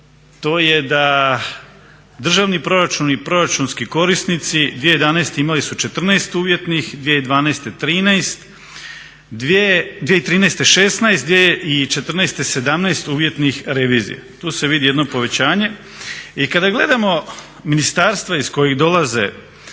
to je da državni proračun i proračunski korisnici 2011. imali su 14 uvjetnih, 2012. 13, 2013. 16, 2014. 17 uvjetnih revizija. Tu se vidi jedno povećanje. I kada gledamo ministarstva iz kojih dolaze